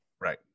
right